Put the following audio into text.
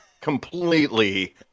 completely